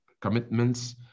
commitments